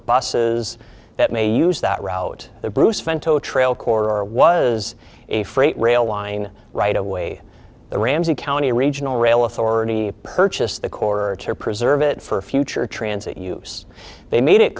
buses that may use that route the bruce vento trail core was a freight rail line right away the ramsey county regional rail authority purchased the corps or to preserve it for future transit use they made it